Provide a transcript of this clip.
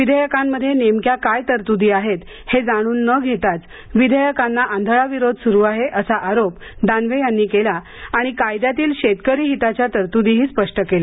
विधेयकांमध्ये नेमक्या काय तरतुदी आहेत हे जाणून न घेताच विधेयकांना आंधळा विरोध सुरु आहे असा आरोप दानवे यांनी केला आणि कायद्यातील शेतकरी हिताच्या तरतुदीही स्पष्ट केल्या